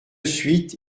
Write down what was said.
suite